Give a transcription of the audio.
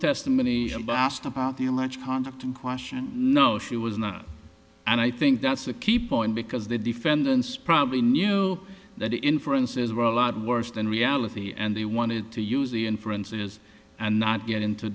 testimony by asked about the alleged conduct in question no she was no and i think that's a key point because the defendants probably know that the inference is well a lot worse than reality and they wanted to use the inferences and not get into